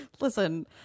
Listen